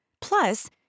Plus